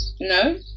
No